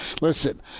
Listen